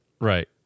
Right